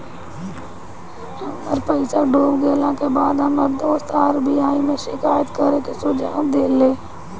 हमर पईसा डूब गेला के बाद हमर दोस्त आर.बी.आई में शिकायत करे के सुझाव देहले